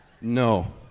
no